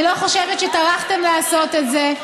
אני לא חושבת שטרחתם לעשות את זה,